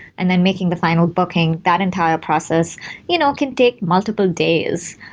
and then making the final booking. that entire process you know can take multiple days.